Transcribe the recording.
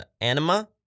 anima